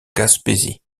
gaspésie